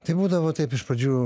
tai būdavo taip iš pradžių